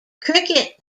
cricket